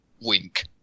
Wink